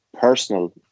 personal